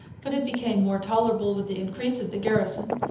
but it became more tolerable with the increase of the garrison.